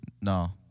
No